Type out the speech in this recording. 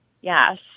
yes